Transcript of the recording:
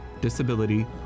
disability